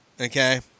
Okay